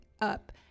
up